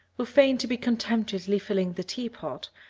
who feigned to be contemptuously filling the teapot,